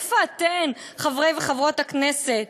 איפה אתן, חברי וחברות הכנסת?